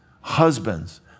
husbands